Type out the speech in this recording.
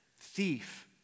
thief